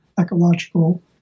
ecological